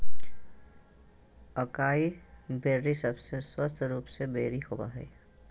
acai berry सबसे स्वस्थ रूप के बेरी होबय हइ